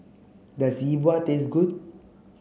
does Yi Bua taste good